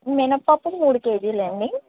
మినప్పప్పు మూడు కేజీలండి